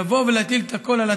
לבוא ולהטיל את הכול על הצבא,